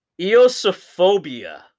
Eosophobia